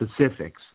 specifics